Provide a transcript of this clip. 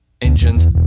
engines